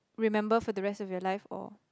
remember for the rest of your life or